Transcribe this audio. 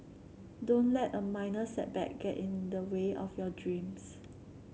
don't let a minor setback get in the way of your dreams